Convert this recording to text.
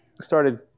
started